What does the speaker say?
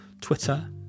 Twitter